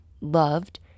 loved